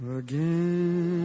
again